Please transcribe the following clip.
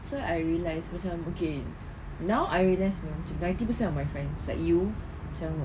that's why I relax macam okay now I realise you know macam ninety percent of my friends that you macam